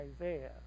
Isaiah